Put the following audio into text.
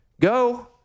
go